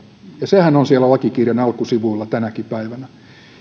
ja sehän on siellä lakikirjan alkusivuilla tänäkin päivänä